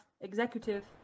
executive